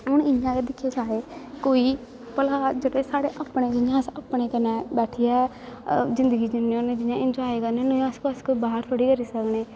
हून इ'यां गै दिक्खे जाए कोई बी भला जेकर साढ़े अपने जियां अस अपने कन्नै बैठियै जिंदगी जीन्ने होन्ने जियां इंजाए करने होन्ने इ'यां अस बाह्र थोह्ड़ी करी सकने